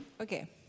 okay